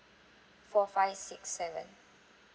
four five six seven